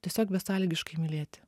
tiesiog besąlygiškai mylėti